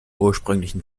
ursprünglichen